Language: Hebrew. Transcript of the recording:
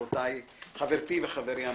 חברתי וחברי המציעים.